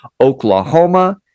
oklahoma